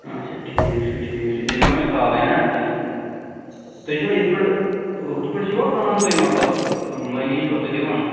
اَچھا ٹھیٖک چھُ ٹھیٖک چھُ تیٚلہِ یِمَو أسۍ کالٕے نا تیٚلہِ تُہۍ چھِوا یِتھٕ پٲٹھۍ ہُتھٕ پٲٹھۍ چھِوا کٕنان تُہۍ مطلب مٔلی چھِوا تُہۍ دِوان